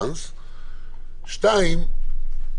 שנית,